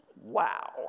Wow